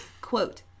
Quote